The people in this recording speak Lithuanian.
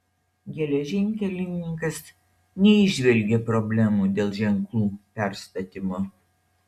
geležinkelininkas neįžvelgė problemų dėl ženklų perstatymo